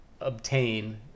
obtain